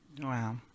Wow